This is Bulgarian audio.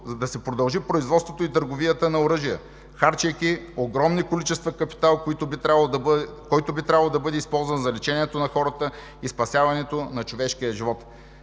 да се продължи производството и търговията на оръжия, харчейки огромни количества капитал, който би трябвало да бъде използван за лечението на хората и спасяването на човешкия живот.